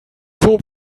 vom